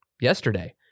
yesterday